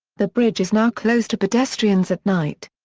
the bridge is now closed to pedestrians at night.